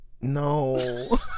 No